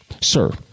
Sir